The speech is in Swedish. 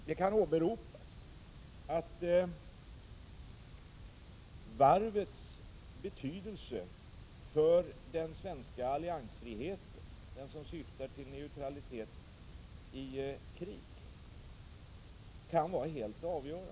Det kan åberopas att varvets betydelse för den svenska alliansfriheten, som syftar till neutralitet i krig, är mycket stor.